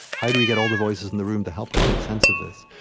how do we get all the voices in the room to help us make sense of this?